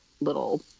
little